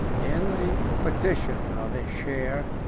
in the partition of his share,